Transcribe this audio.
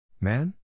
Man